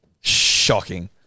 Shocking